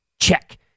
check